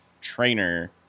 Trainer